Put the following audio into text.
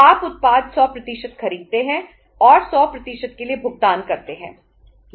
तो आप उत्पाद 100 खरीदते हैं और 100 के लिए भुगतान करते हैं